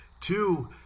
Two